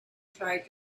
tried